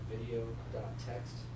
Video.Text